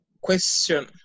question